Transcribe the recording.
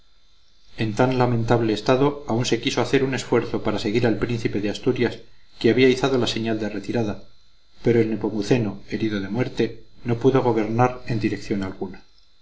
en tan lamentable estado aún se quiso hacer un esfuerzo para seguir al príncipe de asturias que había izado la señal de retirada pero el nepomuceno herido de muerte no pudo gobernar en dirección alguna